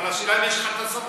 אבל השאלה היא אם יש לך גם סמכות.